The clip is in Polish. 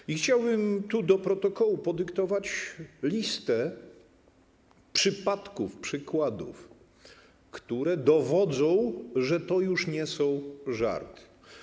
I chciałbym tu do protokołu podyktować listę przypadków, przykładów, które dowodzą, że to już nie są żarty.